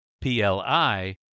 PLI